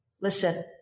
Listen